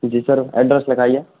ji sir address लखाइए